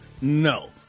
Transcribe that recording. No